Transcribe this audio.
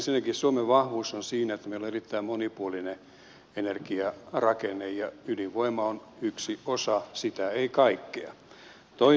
ensinnäkin suomen vahvuus on siinä että meillä on erittäin monipuolinen energiarakenne ja ydinvoima on yksi osa sitä ei kaikkea